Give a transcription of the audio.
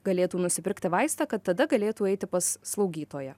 galėtų nusipirkti vaistą kad tada galėtų eiti pas slaugytoją